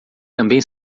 também